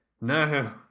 No